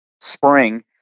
spring